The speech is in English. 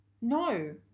No